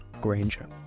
Granger